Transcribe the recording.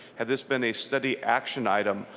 had this been a study action item